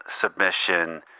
Submission